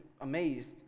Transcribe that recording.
amazed